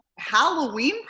Halloween